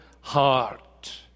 heart